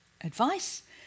advice